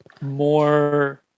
more